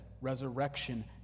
resurrection